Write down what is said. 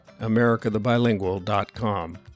americathebilingual.com